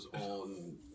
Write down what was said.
on